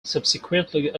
subsequently